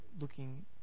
looking